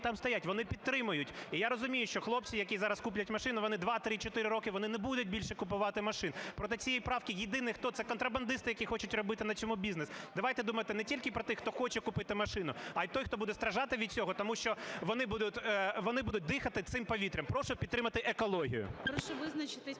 там стоять, вони підтримають. І я розумію, що хлопці, які зараз куплять машину, вони 2, 3, 4 роки вони не будуть більше купувати машин. Проти цієї правки єдиний хто – це контрабандисти, які хочуть робити на цьому бізнес. Давайте думати не тільки про тих, хто хоче купити машину, а і той, хто буде страждати від цього, тому що вони будуть дихати цим повітрям. Прошу підтримати екологію.. ГОЛОВУЮЧИЙ. Прошу визначитись